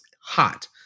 hot